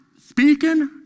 speaking